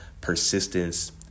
persistence